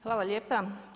Hvala lijepo.